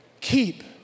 keep